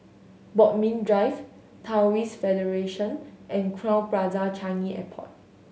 Bodmin Drive Taoist Federation and Crowne Plaza Changi Airport